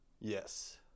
Yes